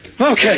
Okay